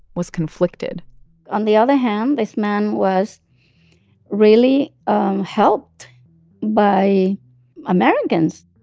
was conflicted on the other hand, this man was really um helped by americans.